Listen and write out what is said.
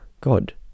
God